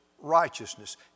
righteousness